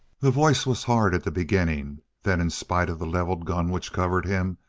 the voice was hard at the beginning then, in spite of the levelled gun which covered him,